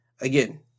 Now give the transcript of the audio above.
again